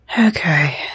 Okay